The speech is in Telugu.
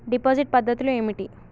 డిపాజిట్ పద్ధతులు ఏమిటి?